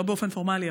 לא באופן פורמלי,